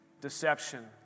deception